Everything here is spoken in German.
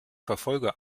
verfolger